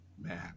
Man